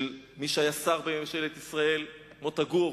של מי שהיה שר בממשלת ישראל, מוטה גור,